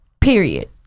period